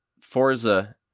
Forza